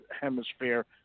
hemisphere